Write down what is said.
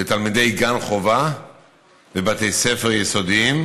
לתלמידי גן חובה בבתי ספר יסודיים,